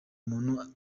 muntu